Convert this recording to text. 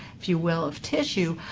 if you will, of tissue,